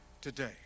today